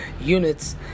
units